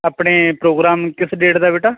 ਆਪਣੇ ਪ੍ਰੋਗਰਾਮ ਕਿਸ ਡੇਟ ਦਾ ਬੇਟਾ